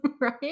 right